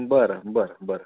बरं बरं बरं